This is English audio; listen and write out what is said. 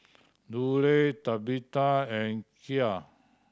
Lulie Tabitha and Kiel